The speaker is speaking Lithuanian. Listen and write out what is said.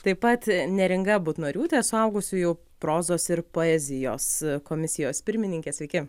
taip pat neringa butnoriūtė suaugusiųjų prozos ir poezijos komisijos pirmininkė sveiki